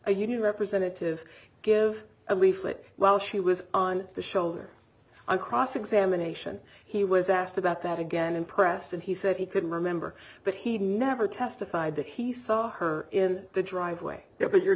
a union representative give a leaflet while she was on the show on cross examination he was asked about that again and pressed and he said he couldn't remember but he never testified that he saw her in the driveway there but you're